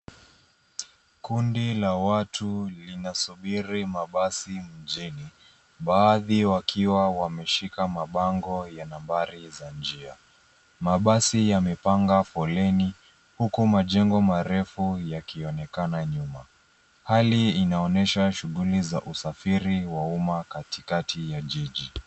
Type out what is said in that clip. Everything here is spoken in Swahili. Kundi la watu linasubiri mabasi mjini baadhi wakiwa wameshika mabango ya nambari za njia. Mabasi yamepanga foleni huku majengo marefu yakionekana nyuma. Hali inaonyesha shughuli za usafiri wa umma katikati ya jiji.